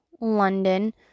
London